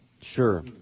Sure